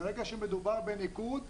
ברגע שמדובר בניקוד,